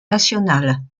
nationale